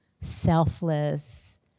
selfless